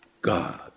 God